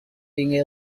being